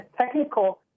technical